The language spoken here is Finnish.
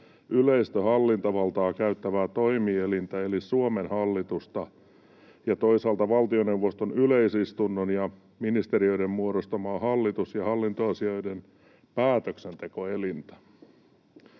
yleistä hallintovaltaa käyttävää toimielintä eli Suomen hallitusta ja toisaalta valtioneuvoston yleisistunnon ja ministeriöiden muodostamaa hallitus- ja hallintoasioiden päätöksentekoelintä.